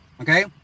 Okay